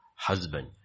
husband